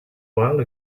while